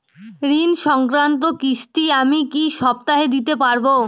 ঋণ সংক্রান্ত কিস্তি আমি কি সপ্তাহে দিতে পারবো?